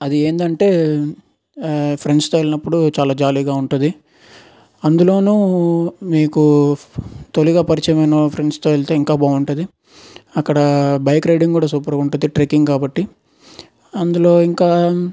అది ఏంటంటే ఫ్రెండ్స్తో వెళ్లినప్పుడు చాలా జాలీగా ఉంటుంది అందులోనూ మీకు తొలిగా పరిచయమైన ఫ్రెండ్స్తో వెళ్తే ఇంకా బాగుంటుంది అక్కడ బైక్ రైడింగ్ కూడా సూపర్గా ఉంటుంది ట్రెక్కింగ్ కాబట్టి అందులో ఇంకా